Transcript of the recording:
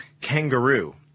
Kangaroo